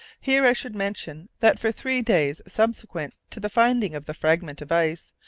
here i should mention that for three days subsequent to the finding of the fragment of ice,